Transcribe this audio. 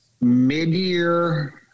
mid-year